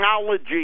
technology